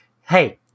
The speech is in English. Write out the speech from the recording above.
hey